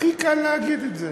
הכי קל להגיד את זה.